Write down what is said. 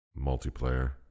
multiplayer